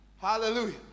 Hallelujah